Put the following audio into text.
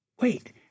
wait